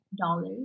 dollars